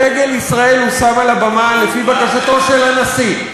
דגל ישראל הושם על הבמה לפי בקשתו של הנשיא,